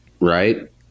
Right